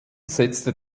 setzte